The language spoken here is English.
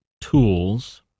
tools